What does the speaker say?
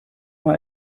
mal